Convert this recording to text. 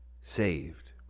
saved